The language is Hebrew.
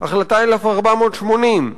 החלטה 1480,